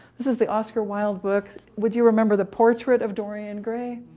this is the oscar wilde book. would you remember the portrait of dorian gray,